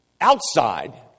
outside